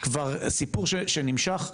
כבר סיפור שנמשך,